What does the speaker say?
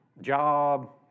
job